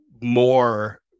more